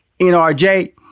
NRJ